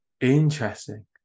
interesting